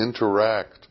interact